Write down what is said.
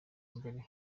mbere